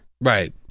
Right